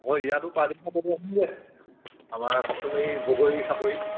অঁ ইয়াতো আমাৰ কচুমাৰী বগৰী চাপৰি